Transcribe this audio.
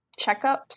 checkups